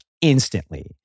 instantly